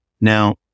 Now